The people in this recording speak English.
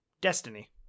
Destiny